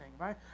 right